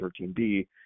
13B